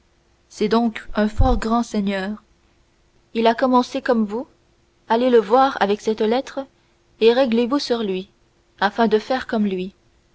c'est donc un fort grand seigneur il a commencé comme vous allez le voir avec cette lettre et réglez vous sur lui afin de faire comme lui